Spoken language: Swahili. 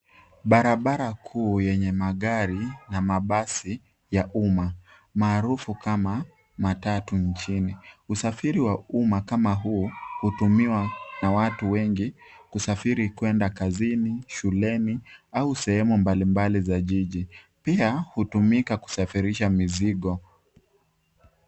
Barabara kuu yenye magari na mabasi ya umma maarufu kama matatu mjini usafiri wa umma kama huu hutumiwa na watu wengi kusafiri kwenda kazini, shuleni au sehemu mbalimbali za jiji pia hutumika kusifirisha mizigo.